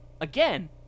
again